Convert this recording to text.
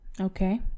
Okay